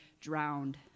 drowned